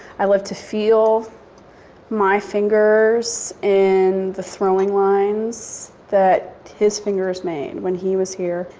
i love to feel my fingers in the throwing lines that his fingers made when he was here.